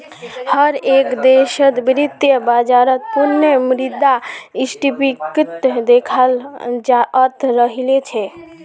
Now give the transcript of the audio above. हर एक देशत वित्तीय बाजारत पुनः मुद्रा स्फीतीक देखाल जातअ राहिल छे